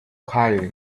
hiding